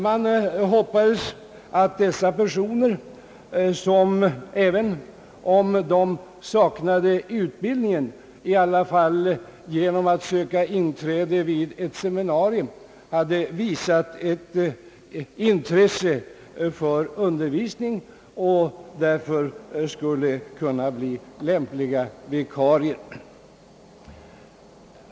Man hoppades att dessa personer, som, även om de saknade utbildningen, i alla fall genom att söka inträde vid ett seminarium hade visat ett intresse för undervisning, skulle kunna bli lämpliga vikarier.